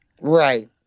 right